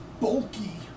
bulky